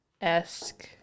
esque